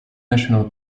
national